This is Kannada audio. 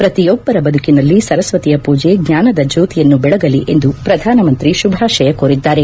ಪ್ರತಿಯೊಬ್ಬರ ಬದುಕಿನಲ್ಲಿ ಸರಸ್ಲತಿಯ ಪೊಜೆ ಜ್ಞಾನದ ಜ್ಞೋತಿಯನ್ನು ಬೆಳಗಲಿ ಎಂದು ಪ್ರಧಾನಮಂತ್ರಿ ಶುಭಾಶಯ ಕೋರಿದ್ದಾರೆ